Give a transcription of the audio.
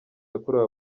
yakorewe